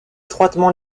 étroitement